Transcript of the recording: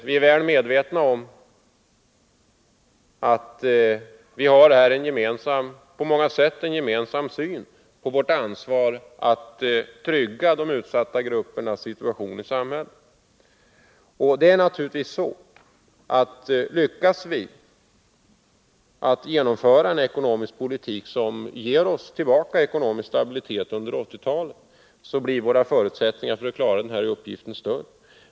Vi är väl medvetna om att vi har en på många sätt gemensam syn på vårt ansvar för att trygga de utsatta gruppernas situation i samhället. Lyckas vi att genomföra en ekonomisk politik som ger oss tillbaka ekonomisk stabilitet under 1980-talet blir naturligtvis våra förutsättningar att klara dessa uppgifter större.